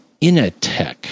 inatech